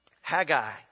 Haggai